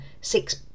six